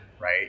right